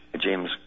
James